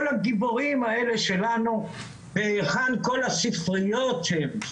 הגיבורים האלה שלנו והיכן כל הספריות שהם מלאו,